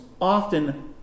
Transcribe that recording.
often